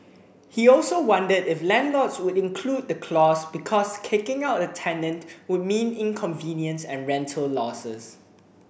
he also wondered if landlords would include the clause because kicking out a tenant would mean inconvenience and rental losses